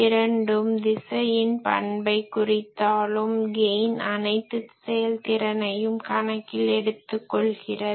இரண்டும் திசையின் பண்பை குறித்தாலும் கெய்ன் அனைத்து செயல்திறனையும் கணக்கில் எடுத்து கொள்கிறது